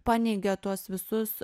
paneigia tuos visus